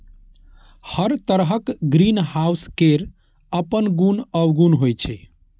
हर तरहक ग्रीनहाउस केर अपन गुण अवगुण होइ छै